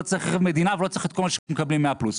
לא צריך מדינה והוא לא צריך את כל מה שמקבלים 100 פלוס.